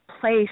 place